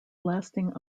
lasting